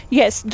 yes